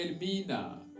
Elmina